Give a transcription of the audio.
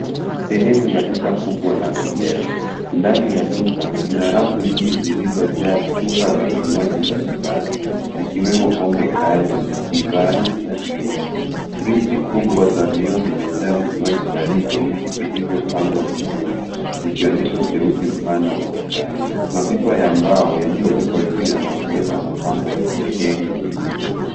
Sehemu ya duka kubwa la vileo ndani ya duka kuna rafu nyingi zilizojaa chupa za vinywaji mbalimbali zikiwemo pombe kali, divai na bia. Friji kubwa za vioo zimejaa vinywaji baridi vilivyopangwa vizuri zikionyesha uteuzi mpana wa bidhaa. Mapipa ya mbao yaliyowekwa juu yanaongeza mapambo ya kipekee kwenye duka.